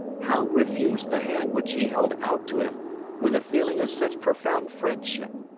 how refuse the hand which she held out to him with a feeling of such profound friendship?